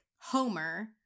Homer